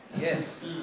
Yes